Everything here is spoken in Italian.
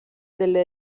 delle